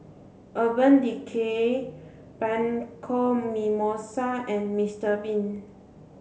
Urban Decay Bianco Mimosa and Mister bean